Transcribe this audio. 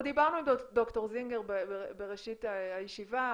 אנחנו דיברנו עם ד"ר זינגר בראשית הישיבה,